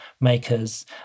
makers